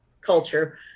culture